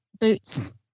boots